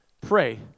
Pray